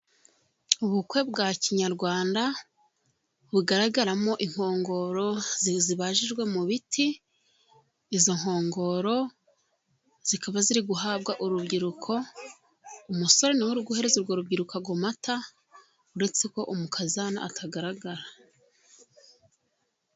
Ubukwe bwa kinyarwanda bugaragaramo inkongoro zibajijwe mu biti, izo nkongoro zikaba ziri guhabwa urubyiruko. Umusore niwe uri guhereza urwo rubyiruko amata, uretse ko umukazana atagaragara.